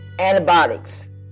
antibiotics